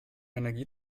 energie